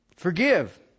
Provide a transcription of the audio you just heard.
Forgive